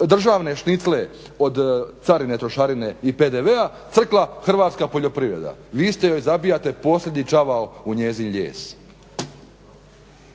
državne šnicle od carine, trošarine i PDV-a crkla Hrvatska poljoprivreda, vi ste joj, zabijate posljednji čavao u njezin ...